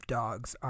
dogs